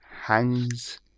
hangs